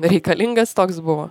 reikalingas toks buvo